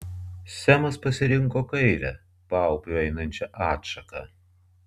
semas pasirinko kairę paupiu einančią atšaką